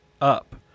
up